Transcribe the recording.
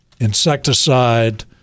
insecticide